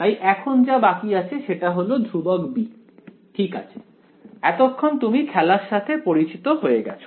তাই এখন যা বাকি থাকে সেটা হল ধ্রুবক b ঠিক আছে এতক্ষণে তুমি খেলার সাথে পরিচিত হয়ে গেছো